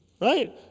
Right